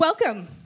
Welcome